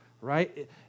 right